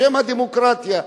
בשם הדמוקרטיה.